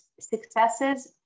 successes